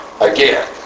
again